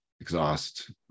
exhaust